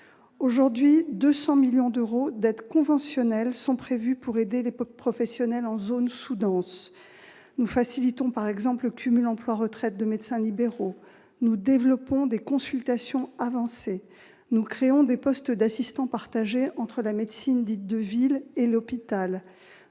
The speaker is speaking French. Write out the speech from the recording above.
Aujourd'hui, 200 millions d'euros d'aides conventionnelles sont prévus pour aider les professionnels en zone sous-dense. Ainsi, nous facilitons le cumul emploi-retraite des médecins libéraux, nous développons des consultations avancées, nous créons des postes d'assistants partagés entre la médecine dite de ville et l'hôpital,